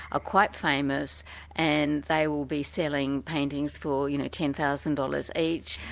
ah quite famous and they will be selling paintings for you know ten thousand dollars each,